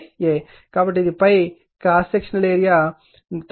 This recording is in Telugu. కాబట్టి ఇది ∅ క్రాస్ సెక్షనల్ ఏరియా 9 10 4 మీటర్ 2